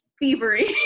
thievery